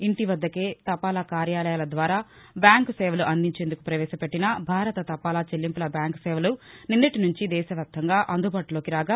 ఇంటి వద్దకే తపాలా కార్యాలయాల ద్వారా బ్యాంకు సేవలు అందిచేందుకు ప్రవేశపెట్టిన భారత తపాలా చెల్లింపుల బ్యాంక్ సేవలు నిన్నటి నుంచి దేశవ్యాప్తంగా అందుబాటులోకి రాగా